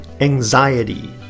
anxiety